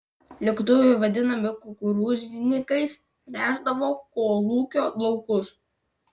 lėktuvai vadinami kukurūznikais tręšdavo kolūkio laukus